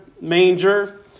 manger